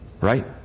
Right